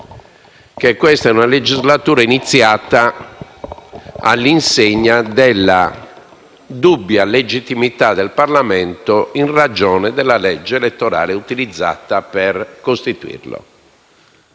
che questa è una legislatura iniziata all'insegna della dubbia legittimità del Parlamento in ragione della legge elettorale utilizzata per costituirlo.